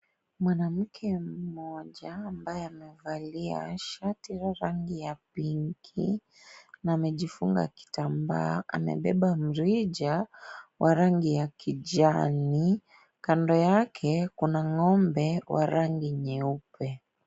Mwanamke mmoja ambaye amevalia shati la rangi ya pinki na amejifunga kitambaa. Amebeba mrija wa rangi ya kijani. Kando yake kuna ng'ombe wa rangi nyeupe.